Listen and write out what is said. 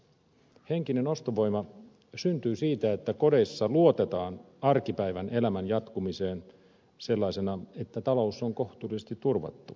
henkinen ostovoima syntyy siitä että kodeissa luotetaan arkipäivän elämän jatkumiseen sellaisena että talous on kohtuullisesti turvattu